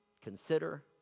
Consider